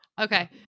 Okay